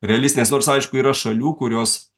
realistinės nors aišku yra šalių kurios